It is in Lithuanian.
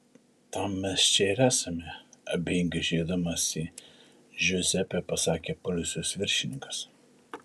tam mes čia ir esame abejingai žiūrėdamas į džiuzepę pasakė policijos viršininkas